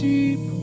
Deep